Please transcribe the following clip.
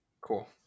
Cool